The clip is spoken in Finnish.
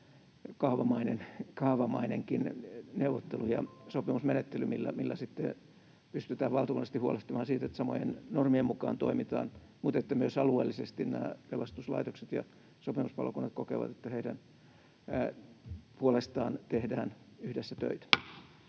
kaavamainenkin neuvottelu- ja sopimusmenettely, millä sitten pystytään valtakunnallisesti huolehtimaan siitä, että samojen normien mukaan toimitaan mutta että myös alueellisesti nämä pelastuslaitokset ja sopimuspalokunnat kokevat, että heidän puolestaan tehdään yhdessä töitä.